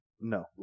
No